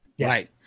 Right